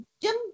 Jim